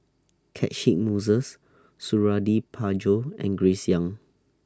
Catchick Moses Suradi Parjo and Grace Young